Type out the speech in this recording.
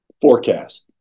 forecast